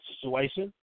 situation